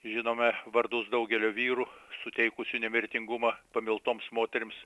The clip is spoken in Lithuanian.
žinome vardus daugelio vyrų suteikusių nemirtingumą pamiltoms moterims